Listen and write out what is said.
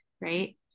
Right